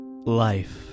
Life